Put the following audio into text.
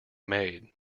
made